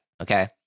okay